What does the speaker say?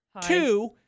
Two-